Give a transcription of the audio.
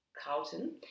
Carlton